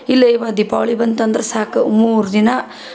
ಇಲ್ಲೇ ಇವು ದೀಪಾವಳಿ ಬಂತು ಅಂದ್ರೆ ಸಾಕು ಮೂರು ದಿನ